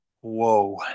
Whoa